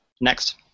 Next